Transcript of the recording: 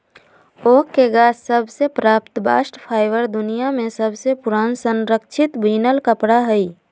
oak के गाछ सभ से प्राप्त बास्ट फाइबर दुनिया में सबसे पुरान संरक्षित बिनल कपड़ा हइ